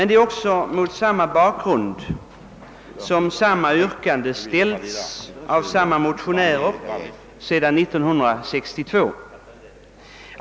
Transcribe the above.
Detta yrkande har ställts mot samma bakgrund och av samma motionärer sedan år 1962.